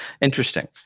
Interesting